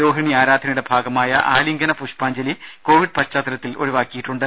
രോഹിണി ആരാധനയുടെ ഭാഗമായ ആലിംഗന പുഷ്പാഞ്ജലി കോവിഡ് പശ്ചാത്തലത്തിൽ ഒഴിവാക്കിയിട്ടുണ്ട്